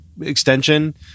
extension